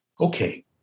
Okay